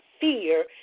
fear